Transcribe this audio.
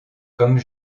comme